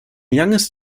youngest